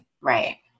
Right